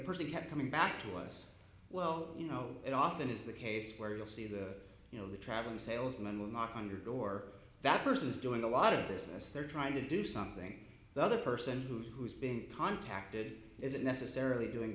person kept coming back to us well you know it often is the case where you'll see the you know the traveling salesman will knock on your door that person is doing a lot of business they're trying to do something the other person who's who's been contacted isn't necessarily doing